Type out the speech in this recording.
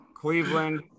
Cleveland